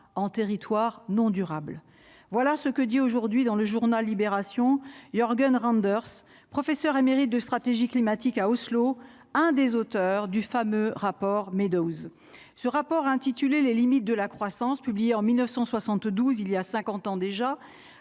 en territoire non durables, voilà ce que dit aujourd'hui dans le journal Libération Jorgen Randers, professeur émérite de stratégie climatique à Oslo, un des auteurs du fameux rapport Meadows ce rapport intitulé les limites de la croissance publiée en 1972 il y a 50 ans déjà,